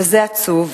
וזה עצוב,